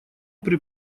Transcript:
при